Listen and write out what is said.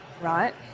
right